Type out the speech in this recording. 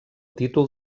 títol